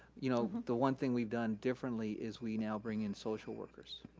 you know the one thing we've done differently is we now bring in social workers.